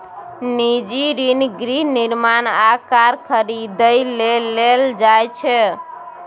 निजी ऋण गृह निर्माण आ कार खरीदै लेल लेल जाइ छै